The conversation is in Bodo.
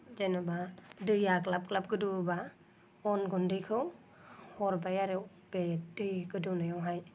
जेनेबा दैआ ग्लाब ग्लाब गोदौओबा अन गुन्दैखौ हरबाय आरो बे दै गोदौनायावहाय